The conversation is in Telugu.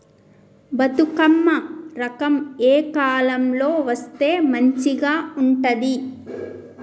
బతుకమ్మ రకం ఏ కాలం లో వేస్తే మంచిగా ఉంటది?